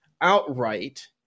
outright